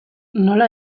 nola